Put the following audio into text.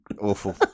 Awful